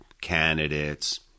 candidates